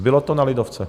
Zbylo to na lidovce.